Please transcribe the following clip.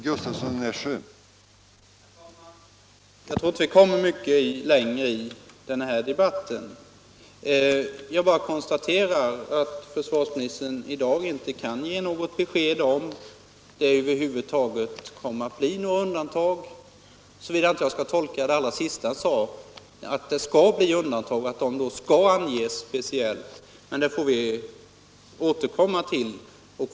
Herr talman! Jag tror inte vi kommer mycket längre i den här debatten. Jag bara konstaterar att försvarsministern i dag inte kan ge något besked i frågan, om det över huvud taget kommer att bli något undantag — såvida inte det allra sista han sade skall tolkas så att det blir undantag och att de skall anges speciellt, men det får vi återkomma till.